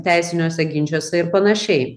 teisiniuose ginčuose ir panašiai